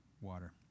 water